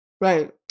Right